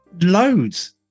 Loads